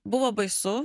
buvo baisu